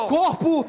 corpo